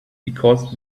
because